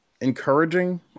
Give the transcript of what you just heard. encouraging